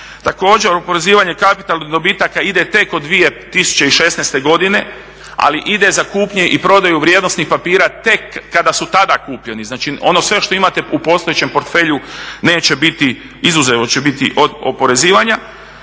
Također oporezivanje kapitalnih dobitaka ide tek od 2016. godine, ali ide za kupnje i prodaju vrijednosnih papira tek kada su tada kupljeni. Znači ono sve što imate u postojećem portfelju neće biti, izuzeto će biti od oporezivanja.